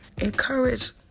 encourage